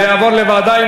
זה יעבור לוועדה.